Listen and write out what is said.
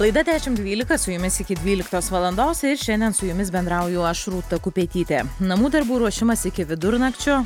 laida dešimt dvylika su jumis iki dvyliktos valandos ir šiandien su jumis bendrauju aš rūta kupetytė namų darbų ruošimas iki vidurnakčio